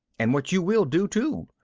and what you will do, too!